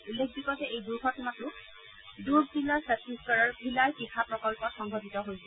উল্লেখযোগ্য যে এই দুৰ্ঘটনাটো দুৰ্গ জিলাৰ ছত্তিশগড়ৰ ভিলাই তীখা প্ৰকল্পত সংঘটিত হৈছিল